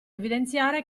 evidenziare